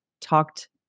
talked